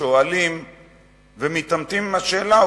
שואלים ומתעמתים עם השאלה,